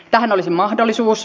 tähän olisi mahdollisuus